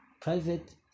private